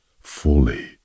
fully